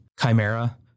Chimera